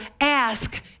ask